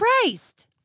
Christ